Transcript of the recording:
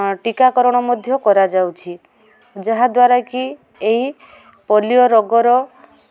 ଟିକାକରଣ ମଧ୍ୟ କରାଯାଉଛି ଯାହାଦ୍ବାରା କି ଏହି ପୋଲିଓ ରୋଗର